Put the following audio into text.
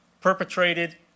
perpetrated